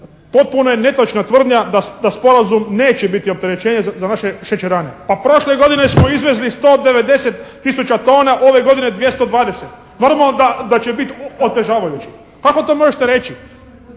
potpuno je netočna tvrdnja da sporazum neće biti opterećenje za naše šećerane. Pa prošle godine smo izvezli 190 tisuća tona, ove godine 220. Normalno da će biti otežavajuće. Kako to možete reći?